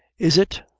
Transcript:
is it?